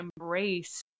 embrace